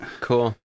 cool